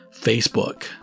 Facebook